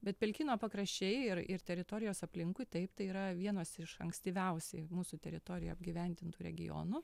bet pelkyno pakraščiai ir ir teritorijos aplinkui taip tai yra vienas iš ankstyviausiai mūsų teritorijoj apgyvendintų regionų